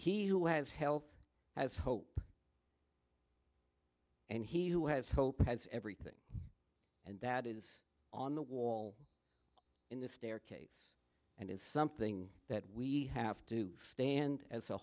who has health has hope and he who has hope has everything and that is on the wall in this staircase and it's something that we have to stand as a